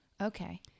Okay